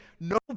no